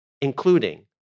including